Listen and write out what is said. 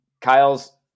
Kyle's